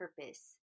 purpose